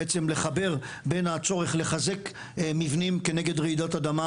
בעצם לחבר בין הצורך לחזק מבנים כנגד רעידות אדמה,